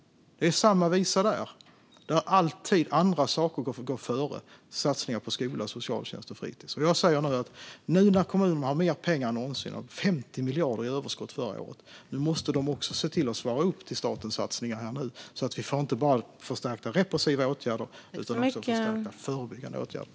Det är samma visa där. Andra saker får alltid gå före satsningar på skola, socialtjänst och fritis. Nu, när kommunerna har mer pengar än någonsin - de hade 50 miljarder i överskott förra året - måste de också se till att svara upp mot statens satsningar, så att vi inte bara får förstärkta repressiva åtgärder utan också förstärkta förebyggande åtgärder.